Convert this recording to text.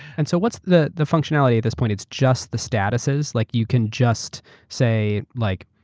and so what's the the functionally at this point? it's just the statuses, like you can just say, like